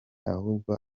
ahubwo